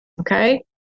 Okay